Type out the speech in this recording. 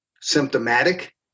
symptomatic